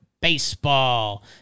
Baseball